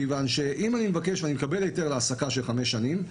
מכיוון שאם אני מבקש ואני מקבל היתר להעסקה של חמש שנים,